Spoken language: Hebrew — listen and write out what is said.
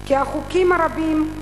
כי החוקים הרבים,